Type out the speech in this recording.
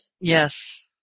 Yes